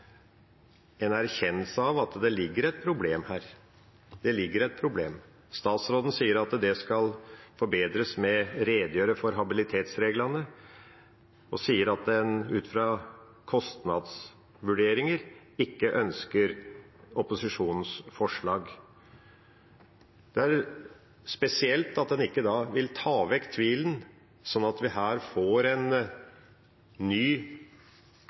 en erkjennelse av at det ligger et problem her. Statsråden sier at det skal forbedres ved å redegjøre for habilitetsreglene, og at en ut fra kostnadsvurderinger ikke ønsker opposisjonens forslag. Det er spesielt at en ikke vil ta vekk tvilen, slik at vi her får en ny